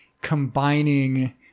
combining